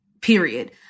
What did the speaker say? period